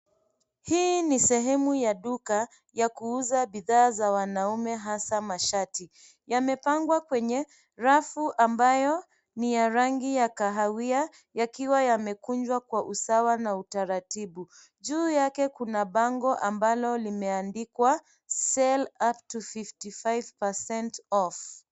Hii ni sehemu ya duka ya kuuza bidhaa za wanaume hasaa mashati. Yamepangwa kwenye rafu ambayo ni ya rangi ya kahawia, yakiwa yamekunjwa kwa usawa na utaratibu. Juu yake kuna bango ambalo limeandikwa sale up to 55% off .